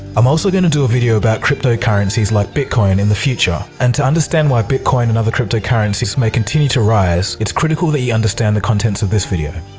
i'm also going to do a video about crypto-currencies like bitcoin in the future and to understand why bitcoin and other crypto-currencies may continue to rise, it's critical that you understand the contents of this video.